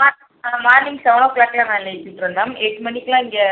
morning ஆ morning seven ஓ க்ளாக்ல்லாம் வேனில் ஏற்றி உட்டுருங்க மேம் எட்டு மணிக்கெலாம் இங்கே